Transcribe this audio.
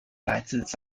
来自